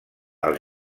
als